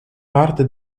parte